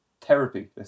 therapy